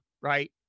right